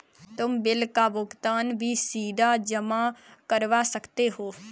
तुम बिल का भुगतान भी सीधा जमा करवा सकते हो